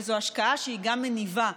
וזו השקעה שהיא גם מניבה,